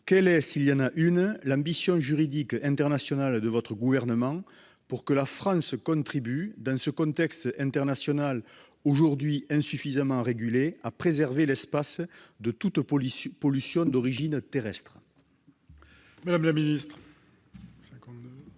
quelle est, s'il y en a une, l'ambition juridique internationale du Gouvernement pour que la France contribue, dans un contexte insuffisamment régulé, à préserver l'espace de toute pollution d'origine terrestre ?